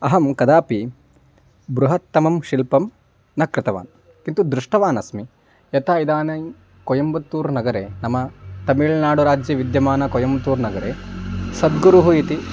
अहं कदापि बृहत्तमं शिल्पं न कृतवान् किन्तु दृष्टवान् अस्मि यथा इदानीं कोयम्बत्तूर् नगरे नाम तमिळ्नाडु राज्ये विद्यमाने कोयम्बत्तूर् नगरे सद्गुरुः इति